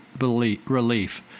relief